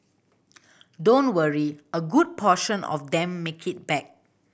don't worry a good portion of them make it back